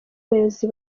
bayobozi